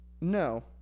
No